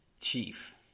chief